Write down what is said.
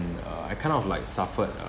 uh I kind of like suffered